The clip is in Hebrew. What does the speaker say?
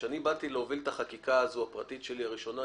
כשאני באתי להוביל את החקיקה הזאת הפרטית שלי הראשונה,